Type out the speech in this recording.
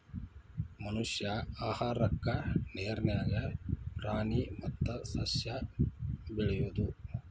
ಮನಷ್ಯಾ ಆಹಾರಕ್ಕಾ ನೇರ ನ್ಯಾಗ ಪ್ರಾಣಿ ಮತ್ತ ಸಸ್ಯಾ ಬೆಳಿಯುದು